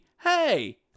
Hey